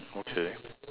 okay